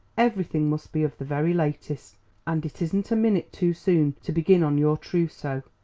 everything must be of the very latest and it isn't a minute too soon to begin on your trousseau.